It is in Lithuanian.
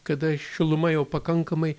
kada šiluma jau pakankamai